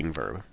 verb